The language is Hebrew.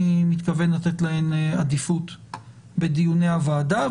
מתכוון לתת להן עדיפות בדיוני הוועדה.